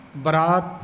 ਬਰਾਤ